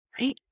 right